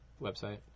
website